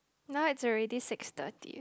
now it's already six thirty